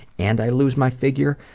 and i lose my figure?